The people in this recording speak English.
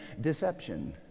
deception